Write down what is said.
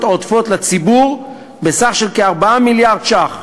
עודפות לציבור בסך של כ-4 מיליארד ש"ח.